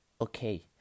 Okay